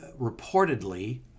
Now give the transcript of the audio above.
reportedly